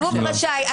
כתוב רשאי.